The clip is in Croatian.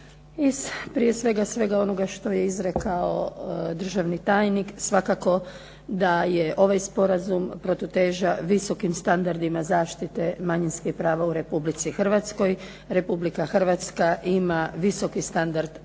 svega svega onoga što je izrekao državni tajnik. Svakako da je ovaj sporazum protuteža visokim standardima zaštite manjinskih prava u Republici Hrvatskoj. Republika Hrvatska ima visoki standard zaštite ljudskih prava